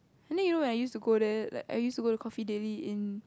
and you know like I used to go there like I used to go Coffee Daily in